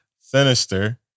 Sinister